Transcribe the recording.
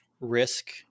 risk